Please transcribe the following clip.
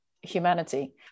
humanity